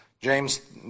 James